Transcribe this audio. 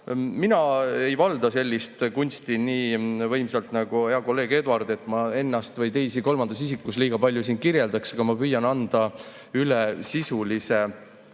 pole. Mina ei valda sellist kunsti nii võimsalt nagu hea kolleeg Eduard, et ma ennast või teisi kolmandas isikus liiga palju siin kirjeldaks, aga ma püüan anda sisulise